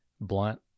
blunt